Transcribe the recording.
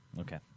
Okay